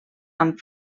amb